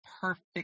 perfect